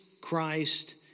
Christ